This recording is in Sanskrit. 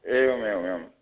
एवमेवमेवम्